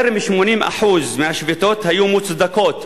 יותר מ-80% מהשביתות היו מוצדקות,